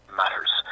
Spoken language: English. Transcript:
matters